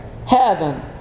heaven